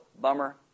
bummer